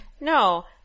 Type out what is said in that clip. No